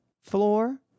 floor